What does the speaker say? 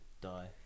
die